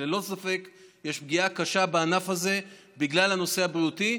כי ללא ספק יש פגיעה קשה בענף הזה בגלל הנושא הבריאותי,